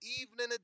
evening